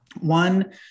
One